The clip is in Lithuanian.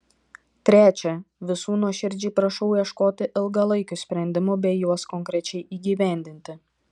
trečia visų nuoširdžiai prašau ieškoti ilgalaikių sprendimų bei juos konkrečiai įgyvendinti